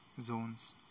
zones